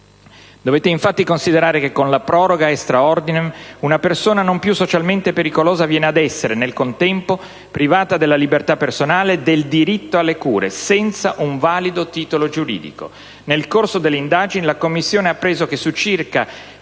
Dovete infatti considerare che, con la proroga *extra ordinem*, una persona non più socialmente pericolosa viene a essere, nel contempo, privata della libertà personale e del diritto alle cure, senza un valido titolo giuridico.